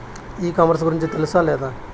ఈ కామర్స్ గురించి తెలుసా లేదా?